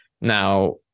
now